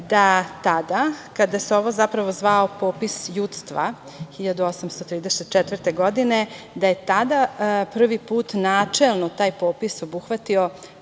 da tada kada se ovo zapravo zvao „popis ljudstva“ 1834. godine, da je tada prvi put načelno taj popis obuhvatio